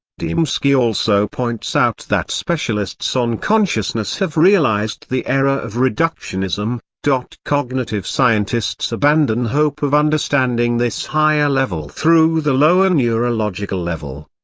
dembski also points out that specialists on consciousness have realized the error of reductionism cognitive scientists abandon hope of understanding this higher level through the lower neurological level.